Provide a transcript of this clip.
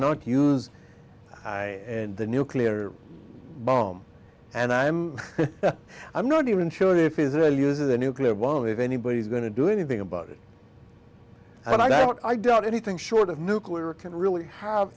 not use i and the nuclear bomb and i'm i'm not even sure if israel uses a nuclear bomb if anybody's going to do anything about it and i don't i doubt anything short of nuclear can really have